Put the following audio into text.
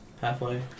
Halfway